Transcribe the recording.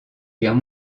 guerre